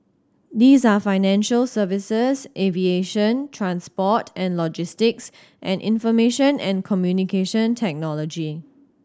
these are financial services aviation transport and logistics and information and Communication Technology